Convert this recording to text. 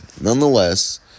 Nonetheless